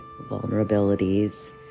vulnerabilities